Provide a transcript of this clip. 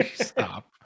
Stop